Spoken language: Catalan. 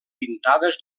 pintades